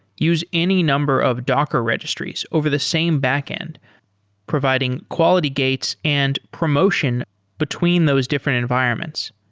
use any number of docker registries over the same backend providing quality gates and promotion between those different environments.